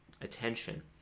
attention